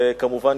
וכמובן,